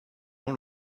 dans